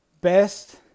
best